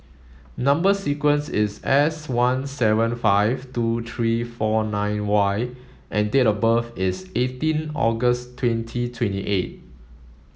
number sequence is S one seven five two three four nine Y and date of birth is eighteen August twenty twenty eight